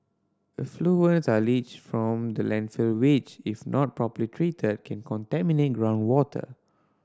effluents are leached from the landfill which if not properly treated can contaminate groundwater